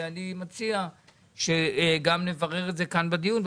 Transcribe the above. לכן אני מציע שנברר את זה כאן בדיון.